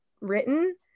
written